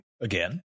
again